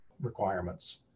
requirements